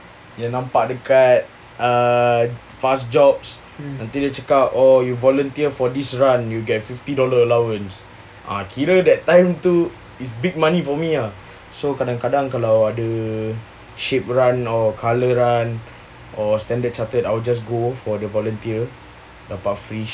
yang nampak dekat uh fast jobs nanti dia cakap oh you volunteer for this run you get fifty dollar allowance ah kira that time too is big money for me know so kadang-kadang kalau ada shape run colour run or standard chartered I would just go for the volunteer